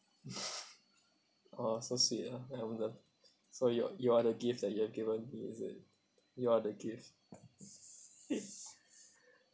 oh so sweet ah so you're you are the gift that you have given me is it you are the gift